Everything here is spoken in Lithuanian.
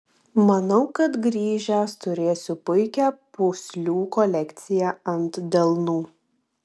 manau kad grįžęs turėsiu puikią pūslių kolekciją ant delnų